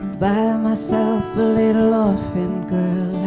buy um ah so little orphan girl